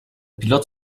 pilot